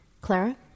Clara